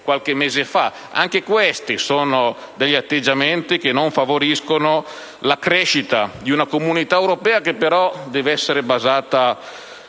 Anche questi sono degli atteggiamenti che non favoriscono la crescita di una comunità europea, che però deve essere basata